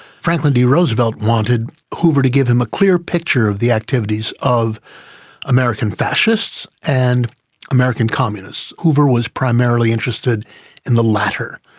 franklin d roosevelt wanted hoover to give him a clear picture of the activities of american fascists and american communists. hoover was primarily interested in the latter.